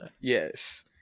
Yes